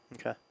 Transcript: Okay